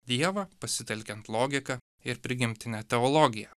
dievą pasitelkiant logiką ir prigimtinę teologiją